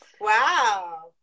Wow